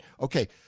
okay